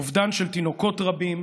אובדן של תינוקות רבים,